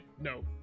No